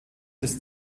des